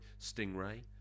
Stingray